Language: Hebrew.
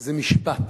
זה משפט